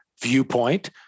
viewpoint